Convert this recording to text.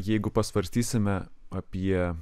jeigu pasvarstysime apie